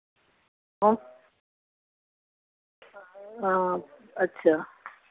हां हां अच्छा